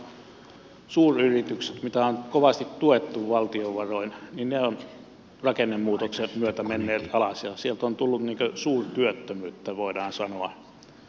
samalla suuryritykset joita on kovasti tuettu valtion varoin ovat rakennemuutoksen myötä menneet alas ja sieltä on tullut suurtyöttömyyttä voidaan sanoa